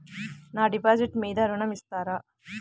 నా డిపాజిట్ మీద ఋణం ఇస్తారా?